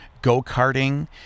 go-karting